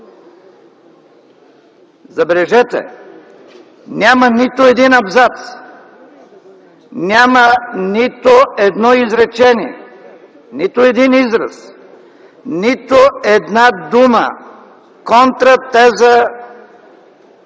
Забележете, няма нито един абзац, няма нито едно изречение, нито един израз, нито една дума контратеза